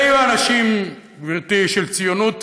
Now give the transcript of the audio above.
אלה יהיו אנשים, גברתי, של ציונות